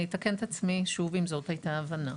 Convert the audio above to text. אני אתקן את עצמי שוב אם זאת הייתה ההבנה.